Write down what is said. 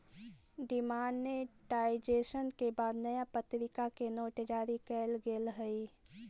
demonetisation के बाद नया प्तरीका के नोट जारी कैल गेले हलइ